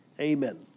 Amen